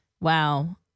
Wow